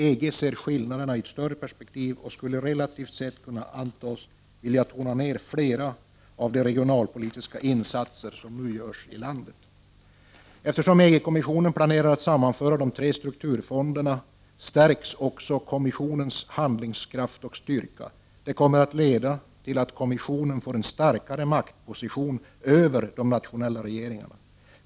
EG ser skillnader i ett större perspektiv och skulle relativt sett kunna antas vilja tona ner flera av de regionalpolitiska insatser som nu görs inom landet. Eftersom EG-kommissionen planerar att sammanföra de tre strukturfon derna stärks också Kommissionens handlingskraft och styrka. Detta kommer att leda till att Kommissionen får en starkare maktposition över de nationella regeringarna.